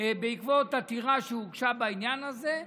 בעקבות עתירה שהוגשה בעניין הזה.